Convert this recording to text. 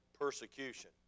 persecution